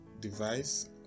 device